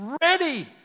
ready